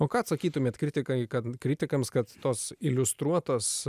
o ką atsakytumėt kritikai kad kritikams kad tos iliustruotos